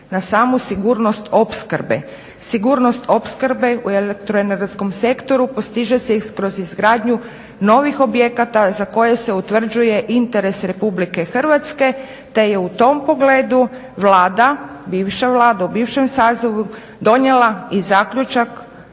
na samu sigurnost opskrbe. Sigurnost opskrbe u elektroenergetskom sektoru postiže se i kroz izgradnju novih objekata za koje se utvrđuje interes Republike Hrvatske te je u tom pogledu Vlada, bivša Vlada u bivšem sazivu donijela i zaključak